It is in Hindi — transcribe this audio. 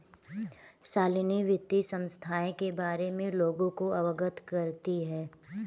शालिनी वित्तीय संस्थाएं के बारे में लोगों को अवगत करती है